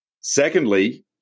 Secondly